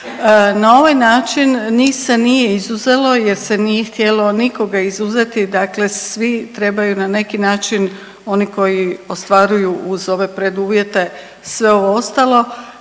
Na ovaj način njih se nije izuzelo jer se nije htjelo nikoga izuzeti, dakle svi trebaju na neki način oni koji ostvaruju uz ove preduvjete sve ovo ostalo